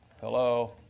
Hello